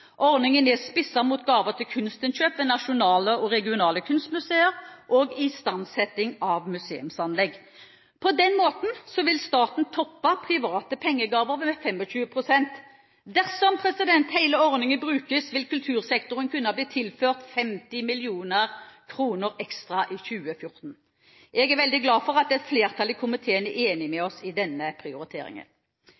Ordningen er spisset mot gaver til kunstinnkjøp ved nasjonale og regionale kunstmuseer og istandsetting av museumsanlegg. På den måten vil staten toppe private pengegaver med 25 pst. Dersom hele ordningen brukes, vil kultursektoren kunne bli tilført 50 mill. kr ekstra i 2014. Jeg er veldig glad for at et flertall i komiteen er enige med